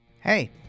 hey